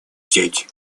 сеть